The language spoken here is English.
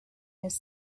his